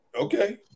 Okay